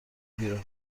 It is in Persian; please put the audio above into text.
بیرون